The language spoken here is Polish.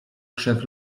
krzew